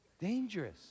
Dangerous